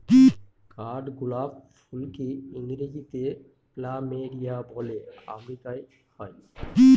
কাঠগোলাপ ফুলকে ইংরেজিতে প্ল্যামেরিয়া বলে আমেরিকায় হয়